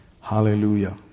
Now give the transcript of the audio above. Hallelujah